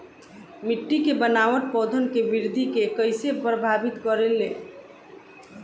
मिट्टी के बनावट पौधन के वृद्धि के कइसे प्रभावित करे ले?